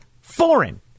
foreign